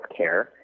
healthcare